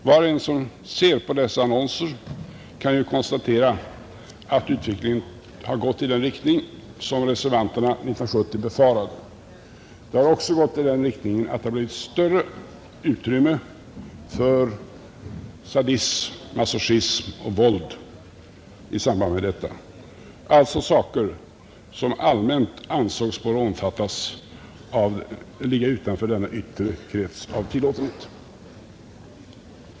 Var och en som ser dessa annonser kan konstatera att utvecklingen har gått i den riktning som reservanterna 1970 befarade. Det har även blivit större utrymme för sadism, masochism och våld i detta sammanhang, alltså företeelser som allmänt ansågs böra ligga utanför denna yttre gräns av tillåtlighet.